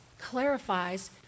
clarifies